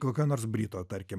kokio nors brito tarkim